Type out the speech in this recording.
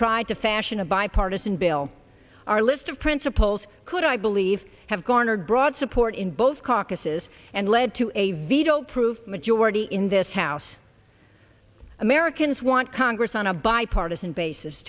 tried to fashion a bipartisan bill our list of principles could i believe have garnered broad support in both caucuses and lead to a veto proof majority in this house americans want congress on a bipartisan basis